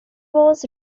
was